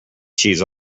cheese